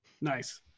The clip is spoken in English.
nice